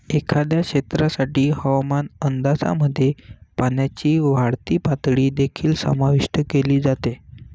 एखाद्या क्षेत्रासाठी हवामान अंदाजामध्ये पाण्याची वाढती पातळी देखील समाविष्ट केली जाते